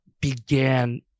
began